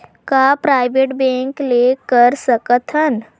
का private bank ले कर सकत हन?